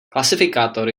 klasifikátor